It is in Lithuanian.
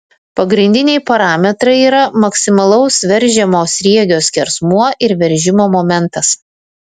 pagrindiniai parametrai yra maksimalaus veržiamo sriegio skersmuo ir veržimo momentas